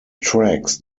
tracks